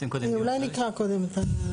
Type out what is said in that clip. אולי נקרא קודם את?